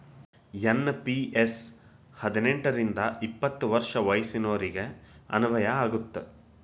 NPS ಹದಿನೆಂಟ್ ರಿಂದ ಎಪ್ಪತ್ ವರ್ಷ ವಯಸ್ಸಿನೋರಿಗೆ ಅನ್ವಯ ಆಗತ್ತ